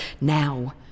now